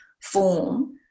form